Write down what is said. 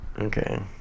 Okay